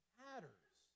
matters